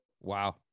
wow